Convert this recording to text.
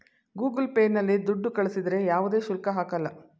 Google Pay ನಲ್ಲಿ ದುಡ್ಡು ಕಳಿಸಿದರೆ ಯಾವುದೇ ಶುಲ್ಕ ಹಾಕಲ್ಲ